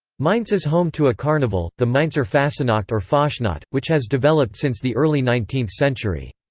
mainz is home to a carnival, the mainzer fassenacht or fastnacht, which has developed since the early nineteenth century.